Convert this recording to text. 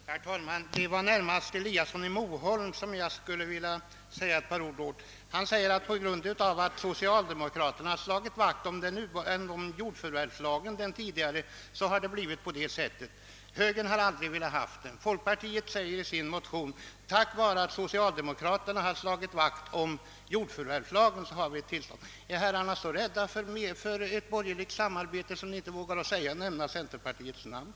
Herr talman! Det var närmast herr Eliasson i Moholm som jag skulle vilja säga ett par ord till. Han säger att på grund av att socialdemokraterna slagit vakt om den tidigare jordförvärvslagen har det blivit så här. Högern har aldrig velat ha den. Folkpartiet säger i sin motion att det är på grund av att socialdemokraterna har slagit vakt om jordförvärvslagen som vi har detta tillstånd. Är herrarna så rädda för ett borgerligt samarbete att ni inte vågar nämna centerpartiets namn?